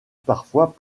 parfois